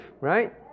right